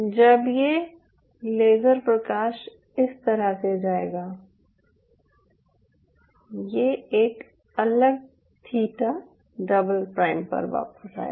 जब ये लेजर प्रकाश इस तरह से जायेगा ये एक अलग थीटा डबल प्राइम पर वापस आएगा